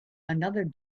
another